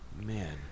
man